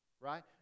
Right